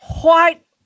White